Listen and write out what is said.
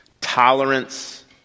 tolerance